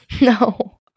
No